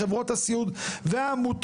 חברות הסיעוד והעמותות,